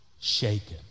shaken